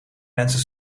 mensen